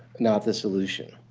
not the solution.